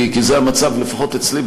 כי זה המצב לפחות אצלי,